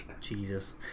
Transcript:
Jesus